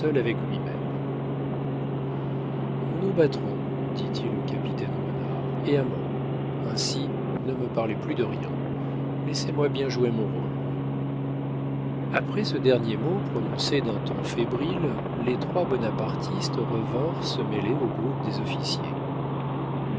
avec lui-même nous nous battrons dit-il au capitaine renard et à mort ainsi ne me parlez plus de rien laissez-moi bien jouer mon rôle après ce dernier mot prononcé d'un ton fébrile les trois bonapartistes revinrent se mêler au groupe des officiers